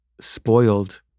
spoiled